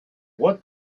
what